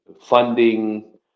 funding